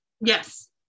Yes